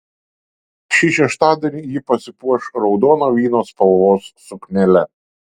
šį šeštadienį ji pasipuoš raudono vyno spalvos suknele